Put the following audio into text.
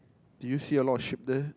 did you see a lot of sheep there